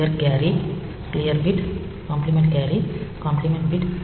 clear carry clear bit complement carry complement bit